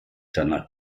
danach